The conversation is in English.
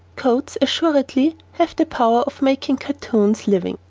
coats assuredly have the power of making cartoons living,